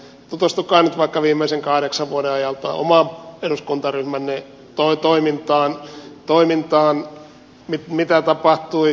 tutustukaa nyt vaikka viimeisen kahdeksan vuoden ajalta oman eduskuntaryhmänne toimintaan mitä tapahtui